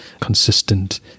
consistent